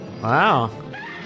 Wow